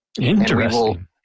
Interesting